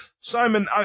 Simon